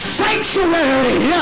sanctuary